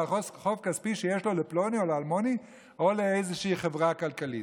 חוב כספי שיש לו לפלוני או לאלמוני או לאיזו חברה כלכלית?